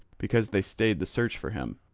because they stayed the search for him.